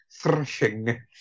Thrashing